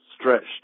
stretched